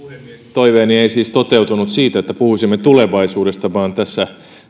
toiveeni siitä ei siis toteutunut että puhuisimme tulevaisuudesta vaan tässä